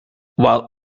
while